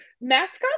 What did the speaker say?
mascots